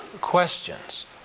questions